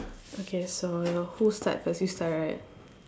okay so who start first you start right